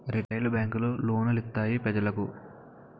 retail బేంకులు loan లిత్తాయి పెజలకు